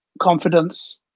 confidence